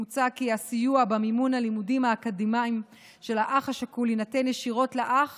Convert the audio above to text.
מוצע כי הסיוע במימון הלימודים האקדמיים של האח השכול יינתן ישירות לאח